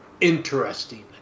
interesting